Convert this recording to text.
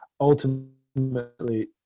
ultimately